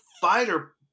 fighter